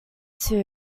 too